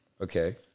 Okay